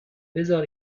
بزار